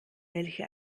welche